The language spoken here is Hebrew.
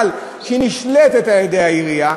אבל היא נשלטת על-ידי העירייה,